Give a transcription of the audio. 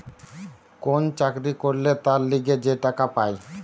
কোন চাকরি করলে তার লিগে যে টাকা পায়